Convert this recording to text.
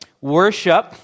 worship